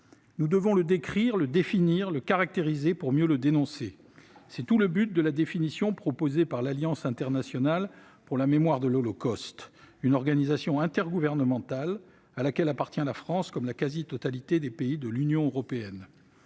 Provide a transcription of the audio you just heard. Nous devons le décrire, le définir, le caractériser pour mieux le dénoncer ; c'est là tout le but de la définition proposée par l'Alliance internationale pour la mémoire de l'Holocauste, organisation intergouvernementale à laquelle appartient la France, comme la quasi-totalité des pays de l'Union européenne.